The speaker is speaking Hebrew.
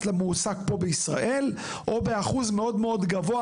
למועסק פה בישראל או באחוז מאוד מאוד גבוה,